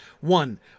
One